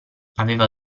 aveva